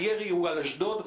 הירי הוא על אשדוד,